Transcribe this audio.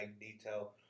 detail